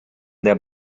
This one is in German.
der